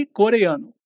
coreano